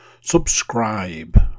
Subscribe